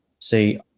See